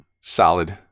solid